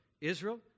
Israel